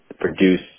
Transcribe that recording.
produce